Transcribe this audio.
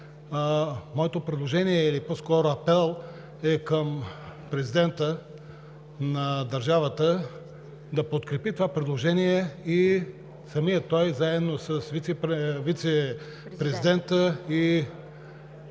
моето предложение, или по-скоро апел, е към президента на държавата да подкрепи това предложение и самият той, заедно с вицепрезидента и